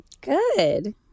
Good